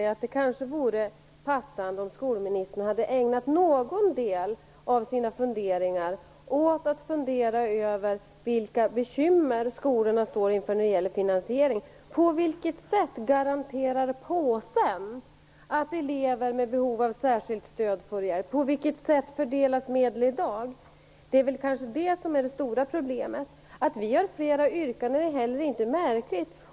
Fru talman! Det kanske hade varit passande om skolministern ägnat en del av sin tid åt att fundera över vilka bekymmer skolorna står inför när det gäller finansieringen. På vilket sätt garanterar pengapåsen att elever med behov av särskilt stöd får hjälp? På vilket sätt fördelas medel i dag? Det är väl det som är det stora problemet. Att vi har flera yrkanden är inte märkligt.